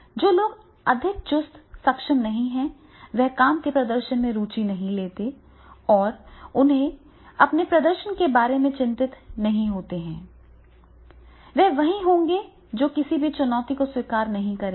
जो लोग अधिक चुस्त सक्षम नहीं हैं वे काम के प्रदर्शन में रुचि नहीं लेते हैं और अपने प्रदर्शन के बारे में चिंतित नहीं हैं वे वही होंगे जो किसी भी चुनौती को स्वीकार नहीं करेंगे